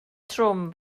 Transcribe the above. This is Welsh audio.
trwm